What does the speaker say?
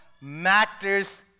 matters